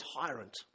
tyrant